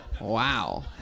Wow